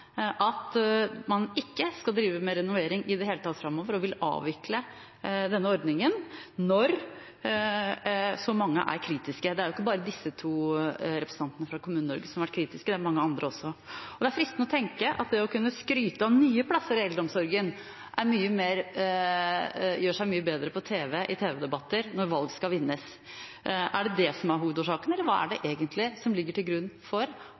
at man framover ikke skal drive med renovering i det hele tatt, og vil avvikle denne ordningen, når så mange er kritiske? Det er ikke bare disse to representantene fra Kommune-Norge som har vært kritiske, det er mange andre også. Det er fristende å tenke at det å kunne skryte av nye plasser i eldreomsorgen gjør seg mye bedre i tv-debatter når valg skal vinnes. Er det det som er hovedårsaken, eller hva er det egentlig som ligger til grunn for